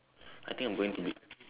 I think I'm going to be